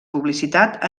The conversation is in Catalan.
publicitat